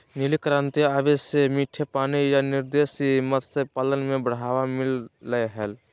नीली क्रांति आवे से मीठे पानी या अंतर्देशीय मत्स्य पालन के बढ़ावा मिल लय हय